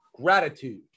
gratitude